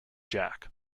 jack